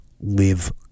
Live